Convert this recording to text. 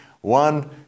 One